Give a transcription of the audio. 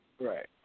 Right